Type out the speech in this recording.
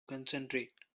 concentrate